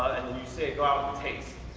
and then you say, go out and taste.